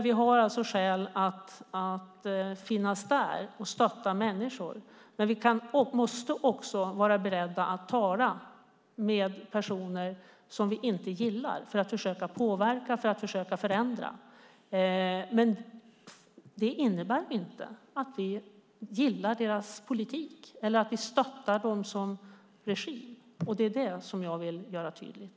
Vi har alltså skäl att finnas där och stötta människor. Vi måste också vara beredda att tala med personer som vi inte gillar just för att försöka påverka och försöka förändra. Men detta innebär inte att vi gillar deras politik eller att vi stöttar dem som regim. Det är det, herr talman, som jag vill göra tydligt.